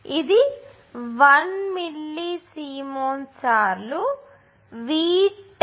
ఇది 1 millisiemens సార్లు Vtest23